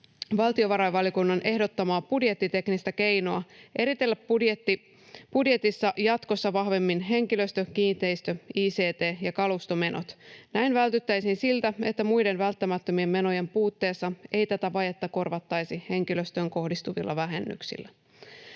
valtiovarainvaliokunnan ehdottamaa budjettiteknistä keinoa eritellä budjetissa jatkossa vahvemmin henkilöstö‑, kiinteistö‑, ict- ja kalustomenot. Näin vältyttäisiin siltä, että muiden välttämättömien menojen puutteessa ei tätä vajetta korvattaisi henkilöstöön kohdistuvilla vähennyksillä.